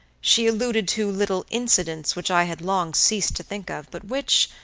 she alluded to little incidents which i had long ceased to think of, but which,